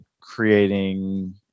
creating